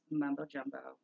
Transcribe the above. mumbo-jumbo